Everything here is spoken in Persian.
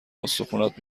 استخونات